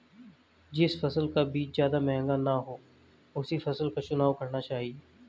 जिस फसल का बीज ज्यादा महंगा ना हो उसी फसल का चुनाव करना चाहिए